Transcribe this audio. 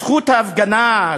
זכות ההפגנה,